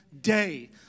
day